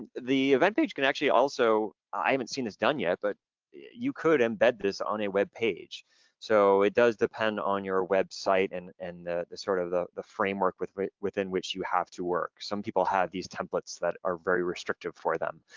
and the event page can actually also, i haven't seen this done yet, but you could embed this on a web page so it does depend on your website and and sort of the the framework within which you have to work. some people have these templates that are very restrictive for them.